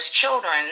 children